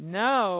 no